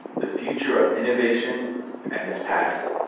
the future of innovation and its past